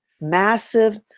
massive